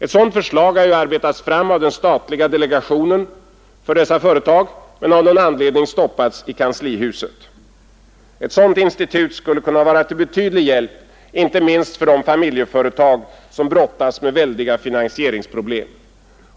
Ett sådant förslag har arbetats fram av den statliga delegationen för dessa företag men av någon anledning stoppats i kanslihuset. Ett dylikt institut skulle kunna vara till betydlig hjälp inte minst för de familjeföretag som brottas med väldiga finansieringsproblem.